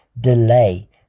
Delay